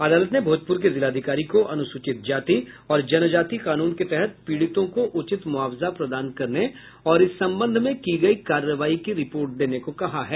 अदालत ने भोजपुर के जिलाधिकारी को अनुसूचित जाति और जनजाति कानून के तहत पीड़ितों को उचित मुआवजा प्रदान करने और इस संबंध में की गयी कार्रवाई की रिपोर्ट देने को कहा है